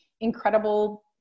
incredible